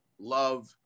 love